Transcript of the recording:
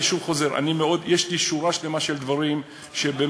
אני שוב חוזר יש לי שורה שלמה של דברים שבאמת,